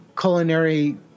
culinary